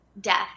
death